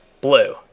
blue